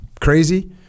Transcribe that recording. crazy